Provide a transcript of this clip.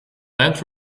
land